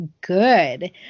good